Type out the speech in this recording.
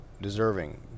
deserving